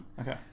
Okay